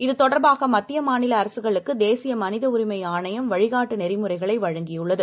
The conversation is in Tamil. இதுதொடர்பாகமத்திய மாநிலஅரசுகளுக்குதேசியமனிதஉரிமைஆணையம்வழிகாட்டுநெறிமுறைக ளைவழங்கியுள்ளது